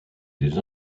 des